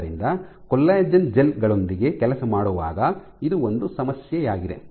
ಆದ್ದರಿಂದ collagen gel ಗಳೊಂದಿಗೆ ಕೆಲಸ ಮಾಡುವಾಗ ಇದು ಒಂದು ಸಮಸ್ಯೆಯಾಗಿದೆ